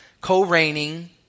co-reigning